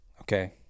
Okay